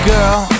Girl